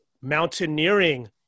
mountaineering